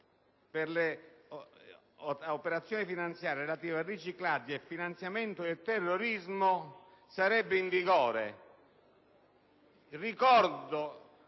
delle operazioni finanziarie relative al riciclaggio e al finanziamento del terrorismo sarebbe in vigore. Ricordo